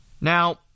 Now